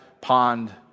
pond